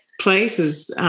places